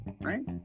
right